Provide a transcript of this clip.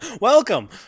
welcome